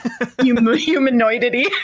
Humanoidity